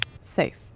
Safe